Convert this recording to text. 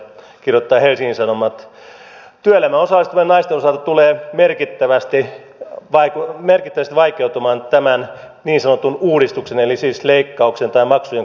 työelämään osallistuvien naisten asema tulee merkittävästi vaikeutumaan tämän niin sanotun uudistuksen eli leikkauksen tai maksujen korotusten kautta